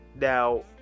Now